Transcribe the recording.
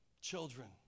children